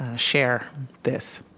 ah share this.